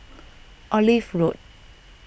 Olive Road